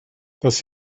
dass